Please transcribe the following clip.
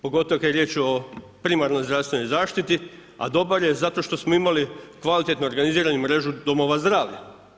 Pogotovo kad je riječ o primarnoj zdravstvenoj zaštiti a dobar je zato što smo imali kvalitetnu organiziranu mrežu domova zdravlja.